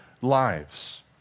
lives